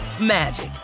magic